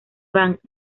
bank